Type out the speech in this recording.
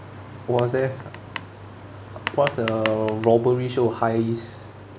what else eh what's the robbery show heist